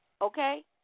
Okay